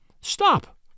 Stop